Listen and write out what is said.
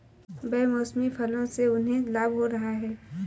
बेमौसमी फसलों से उन्हें लाभ हो रहा है